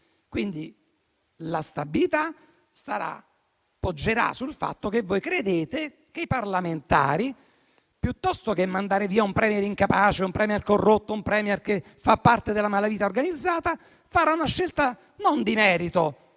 Quindi, la stabilità poggerà sul fatto che voi credete che i parlamentari, piuttosto che mandare via un *Premier* incapace, corrotto o che fa parte della malavita organizzata, faranno una scelta non di merito,